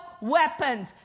weapons